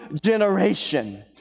generation